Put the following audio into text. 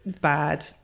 bad